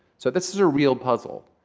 so this is a real puzzle.